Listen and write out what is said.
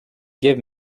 give